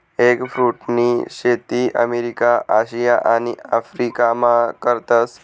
एगफ्रुटनी शेती अमेरिका, आशिया आणि आफरीकामा करतस